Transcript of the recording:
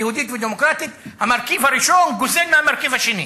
"יהודית ודמוקרטית" המרכיב הראשון גוזל מהמרכיב השני.